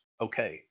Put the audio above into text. okay